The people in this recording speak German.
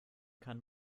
kann